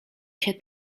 się